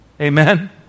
Amen